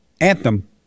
Anthem